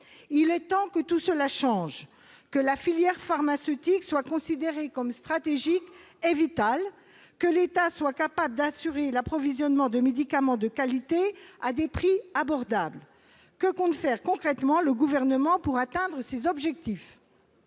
Il est temps que tout cela change, que la filière pharmaceutique soit considérée comme stratégique et vitale, que l'État soit capable d'assurer l'approvisionnement de médicaments de qualité à des prix abordables. Que compte faire concrètement le Gouvernement pour atteindre ces objectifs ?